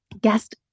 guest